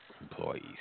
employees